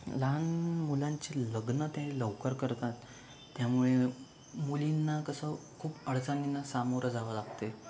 लहान मुलांचे लग्नं ते लवकर करतात त्यामुळे मुलींना कसं खूप अडचणींना सामोरं जावं लागते